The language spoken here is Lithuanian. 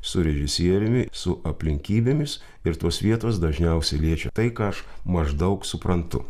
su režisieriumi su aplinkybėmis ir tos vietos dažniausiai liečia tai ką aš maždaug suprantu